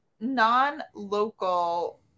non-local